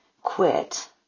quit